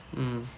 mm